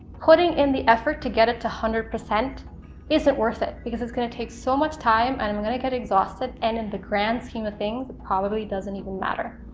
putting in the effort to get it to one hundred percent is it worth it because it's going to take so much time, and i'm going to get exhausted, and in the grand scheme of things it probably doesn't even matter.